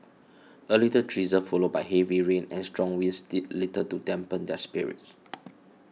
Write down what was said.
a light drizzle followed by heavy rain and strong winds did little to dampen their spirits